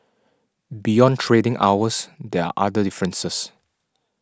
beyond trading hours there are other differences